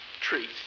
treat